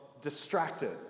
distracted